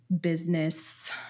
business –